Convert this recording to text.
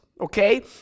okay